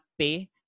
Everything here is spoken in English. Pay